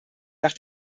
nach